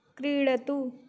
क्रीडतु